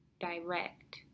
direct